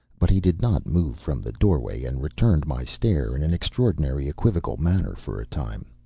but he did not move from the doorway and returned my stare in an extraordinary, equivocal manner for a time.